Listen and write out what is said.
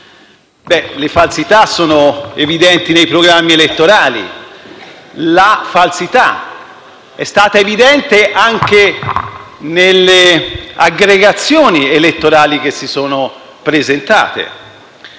Le falsità sono evidenti nei programmi elettorali. La falsità è stata evidente anche nelle aggregazioni elettorali che si sono presentate.